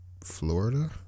Florida